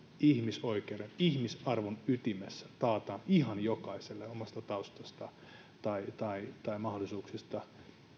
ihmisoikeuden ja ihmisarvon ytimessä taataan ihan jokaiselle omasta taustasta tai tai mahdollisuuksista